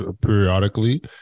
periodically